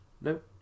Nope